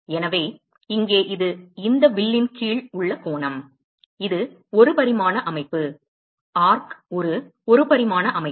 எனவே இங்கே இது இந்த வில்லின் கீழ் உள்ள கோணம் இது 1 பரிமாண அமைப்பு ஆர்க் ஒரு 1 பரிமாண அமைப்பு